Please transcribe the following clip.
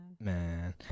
Man